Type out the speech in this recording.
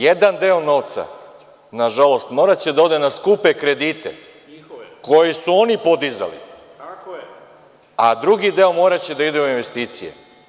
Jedan deo novca, nažalost, moraće da ode na skupe kredite koji su oni podizali, a drugi deo moraće da ide u investicije.